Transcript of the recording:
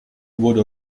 wurde